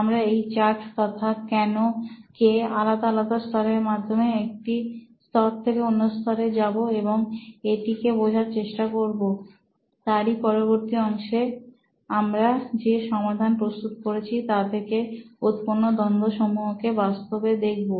আমরা এই চার্ট তথা কেন কে আলাদা আলাদা স্তরের মাধ্যমে এক স্তর থেকে অন্য স্তরে যাব এবং এটিকে বোঝার চেষ্টা করবো তাঁরই পরবর্তী অংশে আমরা যে সমাধান প্রস্তুত করেছি তা থেকে উৎপন্ন দ্বন্দ্ব সমূহকে বাস্তবে দেখব